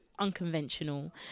Unconventional